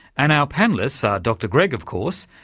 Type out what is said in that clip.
and our panellists are dr gregg, of course,